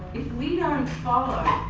if we don't follow